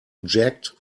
jagged